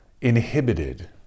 inhibited